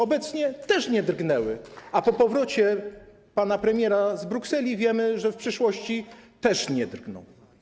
Obecnie też nie drgnęły, a po powrocie pana premiera z Brukseli wiemy, że w przyszłości też nie drgną.